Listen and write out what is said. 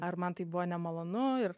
ar man tai buvo nemalonu ir